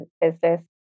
business